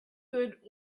good